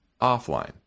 offline